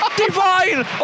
Divine